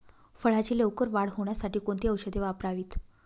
फळाची लवकर वाढ होण्यासाठी कोणती औषधे वापरावीत?